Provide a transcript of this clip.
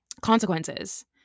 consequences